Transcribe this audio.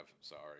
Sorry